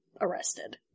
arrested